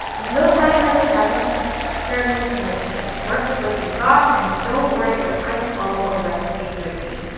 there's no time like the present to experiment in the kitchen, work with what you've got, and don't worry about but trying to follow a recipe to a tee.